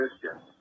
Christian